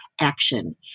action